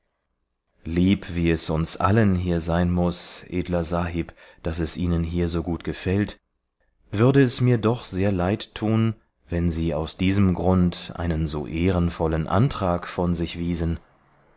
lieb wie es uns allen hier sein muß edler sahib daß es ihnen hier so gut gefällt würde es mir doch sehr leid tun wenn sie aus diesem grund einen so ehrenvollen antrag von sich wiesen